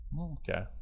Okay